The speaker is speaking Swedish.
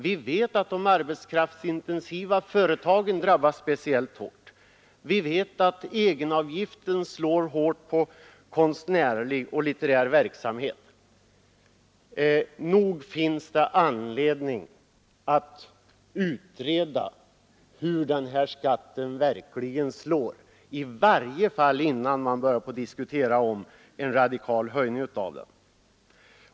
Vi vet att de arbetskraftsintensiva företagen drabbas speciellt hårt, och vi vet att egenavgiften slår hårt på konstnärlig och litterär verksamhet. Nog finns det anledning att utreda hur den här skatten verkligen slår, i varje fall innan man börjar diskutera en radikal höjning av den.